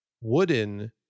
wooden